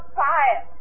fire